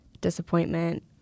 disappointment